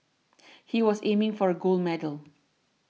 he was aiming for a gold medal